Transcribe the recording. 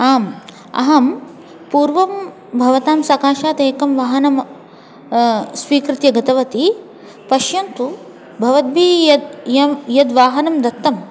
आम् अहं पूर्वं भवतां सकाशात् एकं वाहनं स्वीकृत्य गतवती पश्यन्तु भवद्भिः यद् इदं यद् वाहनं दत्तम्